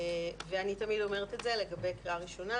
ואני תמיד אומרת את זה לגבי קריאה ראשונה,